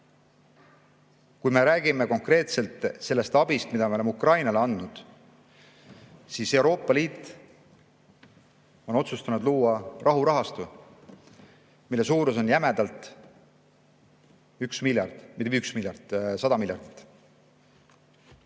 me räägime konkreetselt sellest abist, mida me oleme Ukrainale andnud, siis Euroopa Liit on otsustanud luua rahurahastu, mille suurus on jämedalt võttes 1 miljard. Mitte 1 miljard, vaid 100 miljardit.